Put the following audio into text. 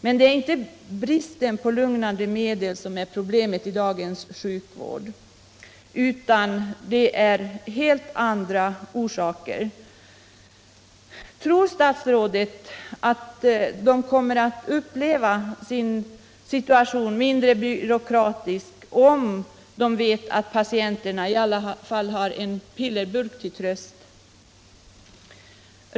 Det är alltså inte bristen på lugnande medel som är problemet i dagens sjukvård, utan det är helt andra saker. Tror statsrådet Troedsson att distriktssköterskorna kommer att uppleva sin situation som mindre byråkratisk om de vet att patienterna i alla fall har en pillerburk till tröst?